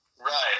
Right